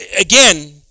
again